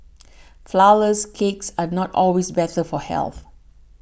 Flourless Cakes are not always better for health